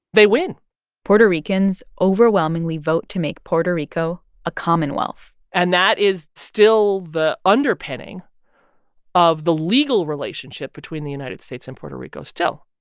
they win puerto ricans overwhelmingly vote to make puerto rico a commonwealth and that is still the underpinning of the legal relationship between the united states and puerto rico still